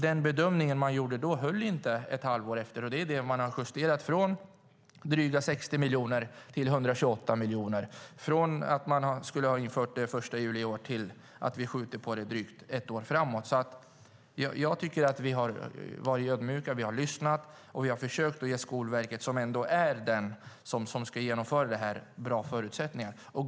Den bedömning man gjorde höll inte ett halvår senare. Det är där man har justerat, från drygt 60 miljoner till 128 miljoner och från ett införande den 1 juli i år till att det skjuts drygt ett år framåt. Jag tycker att vi har varit ödmjuka. Vi har lyssnat och försökt ge Skolverket, som ändå är den myndighet som ska genomföra det här, bra förutsättningar.